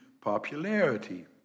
popularity